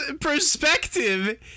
perspective